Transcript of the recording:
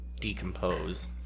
decompose